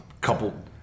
Couple